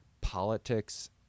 politics